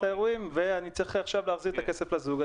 האירועים ואני צריך להחזיר את הכסף לזוג,